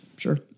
Sure